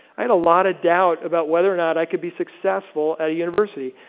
i had a lot of doubt about whether or not i could be successful at a university.